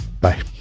Bye